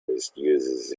uses